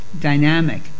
dynamic